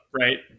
right